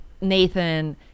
Nathan